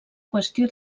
qüestió